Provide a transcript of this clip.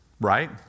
Right